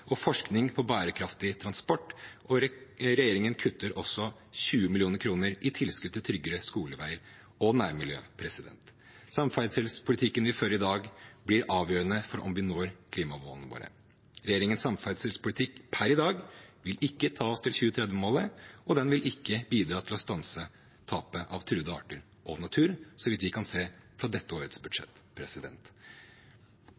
og forskning på bærekraftig transport. Regjeringen kutter også 20 mill. kr i tilskudd til tryggere skoleveier og nærmiljø. Samferdselspolitikken vi fører i dag, blir avgjørende for om vi når klimamålene våre. Regjeringens samferdselspolitikk per i dag vil ikke ta oss til 2030-målet, og den vil ikke bidra til å stanse tapet av truede arter og natur, så vidt vi kan se fra dette årets